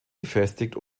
befestigt